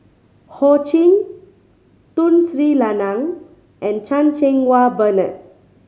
Ho Ching Tun Sri Lanang and Chan Cheng Wah Bernard